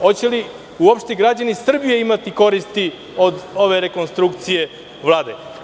Hoće li uopšte građani Srbije imati koristi od ove rekonstrukcije Vlade?